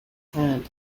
hand